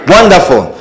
Wonderful